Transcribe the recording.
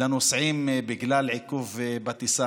לנוסעים בגלל עיכוב בטיסה,